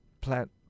plant